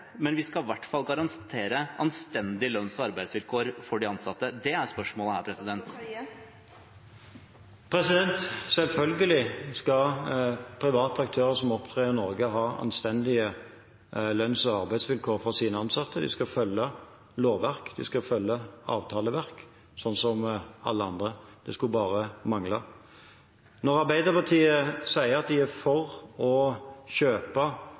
er spørsmålet her. Selvfølgelig skal private aktører som opptrer i Norge, ha anstendige lønns- og arbeidsvilkår for sine ansatte. De skal følge lovverk, de skal følge avtaleverk, slik som alle andre. Det skulle bare mangle. Når Arbeiderpartiet sier at de er for å kjøpe